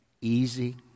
easy